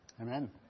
Amen